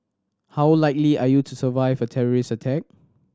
how likely are you to survive a terrorist attack